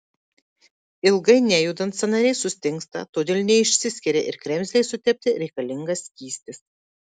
ilgai nejudant sąnariai sustingsta todėl neišsiskiria ir kremzlei sutepti reikalingas skystis